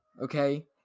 Okay